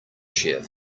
chair